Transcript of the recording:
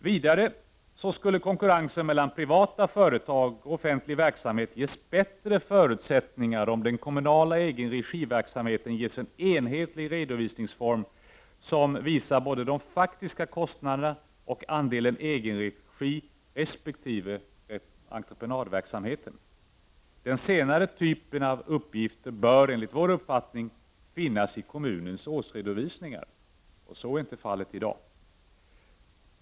Vidare skulle konkurrensen mellan privata företag och offentlig verksamhet ges bättre förutsättningar, om den kommunala egenregiverksamheten ges en enhetlig redovisningsform som utvisar både de faktiska kostnaderna och andelen egenregi resp. entreprenadverksamhet. Den senare typen av uppgifter bör enligt vår uppfattning återfinnas i kommunens årsredovisningar. Så är inte fallet i dag.